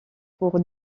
pour